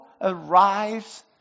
arrives